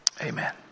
Amen